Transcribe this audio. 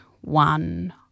one